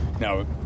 now